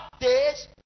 days